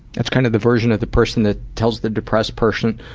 that's kind of the version of the person that tells the depressed person,